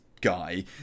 guy